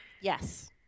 yes